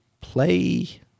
play